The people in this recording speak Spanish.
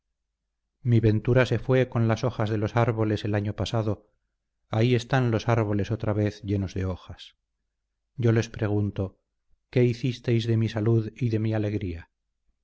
mi ventura se fue con las hojas de los árboles el año pasado ahí están los árboles otra vez llenos de hojas yo les pregunto qué hicisteis de mi salud y de mi alegría